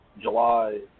July